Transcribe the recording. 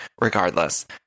regardless